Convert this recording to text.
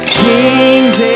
kings